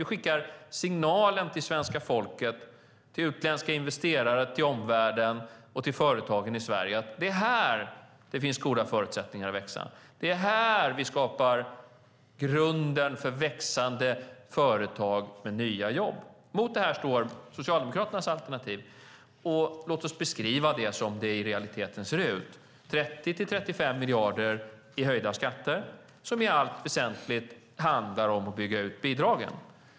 Det skickar signalen till svenska folket, till utländska investerare, till omvärlden och till företagen i Sverige att det är här det finns goda förutsättningar att växa, det är här vi skapar grunden för växande företag med nya jobb. Mot det här står Socialdemokraternas alternativ, och låt oss beskriva det som det i realiteten ser ut, 30-35 miljarder i höjda skatter, som i allt väsentligt handlar om att bygga ut bidragen.